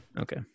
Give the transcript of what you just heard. Okay